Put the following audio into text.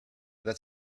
that